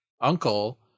uncle